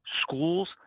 schools